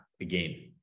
again